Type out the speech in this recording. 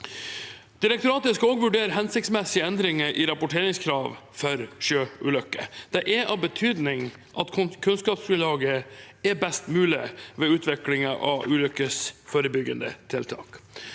Direktoratet skal også vurdere hensiktsmessige endringer i rapporteringskrav for sjøulykker. Det er av betydning at kunnskapsgrunnlaget er best mulig ved utviklingen av ulykkesforebyggende tiltak.